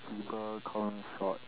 people call me short